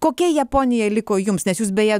kokia japonija liko jums nes jūs beje